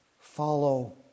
Follow